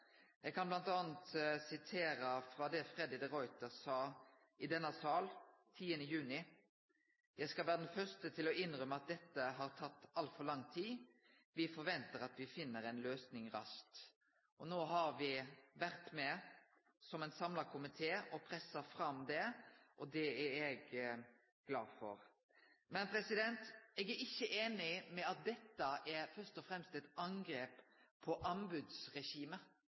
Eg kan bl.a. sitere frå det Freddy de Ruiter sa i denne salen 10. juni: «Jeg skal være den første til å innrømme at dette har tatt altfor lang tid. Vi forventer at vi finner en løsning raskt.» No har vi vore med, som ein samla komité, og pressa det fram, og det er eg glad for. Men eg er ikkje einig i at dette først og fremst er eit angrep på anbodsregimet,